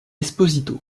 esposito